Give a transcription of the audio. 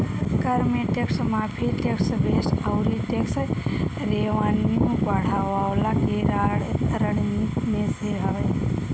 कर में टेक्स माफ़ी, टेक्स बेस अउरी टेक्स रेवन्यू बढ़वला के रणनीति में से हवे